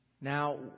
Now